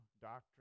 doctrine